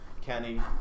Kenny